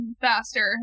Faster